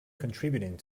contributing